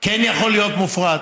כן יכול להיות מופרט?